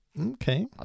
Okay